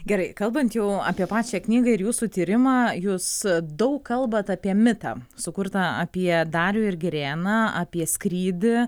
gerai kalbant jau apie pačią knygą ir jūsų tyrimą jūs daug kalbat apie mitą sukurtą apie darių ir girėną apie skrydį